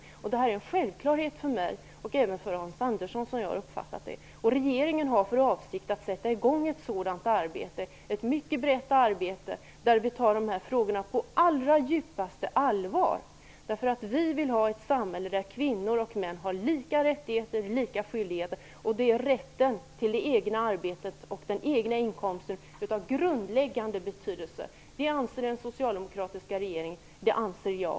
Det är en självklarhet för mig och även för Hans Andersson , som jag har uppfattat det. Regeringen har för avsikt att sätta i gång ett mycket brett arbete, där man tar dessa frågor på allra djupaste allvar. Vi vill ha ett samhälle där kvinnor och män har lika rättigheter och lika skyldigheter. Rätten till det egna arbetet och den egna inkomsten är av grundläggande betydelse. Det anser den socialdemokratiska regeringen, det anser jag.